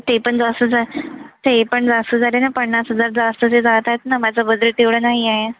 ते पण जास्त झा ते पण जास्त झाले ना पन्नास हजार जास्त जे जातात न माझं बजेट तेवढं नाही आहे